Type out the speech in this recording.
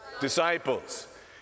disciples